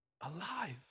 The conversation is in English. Alive